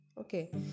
okay